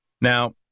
Now